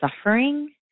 suffering